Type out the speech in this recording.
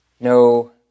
No